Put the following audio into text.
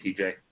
TJ